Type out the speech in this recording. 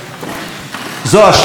זו אשליה מסוכנת.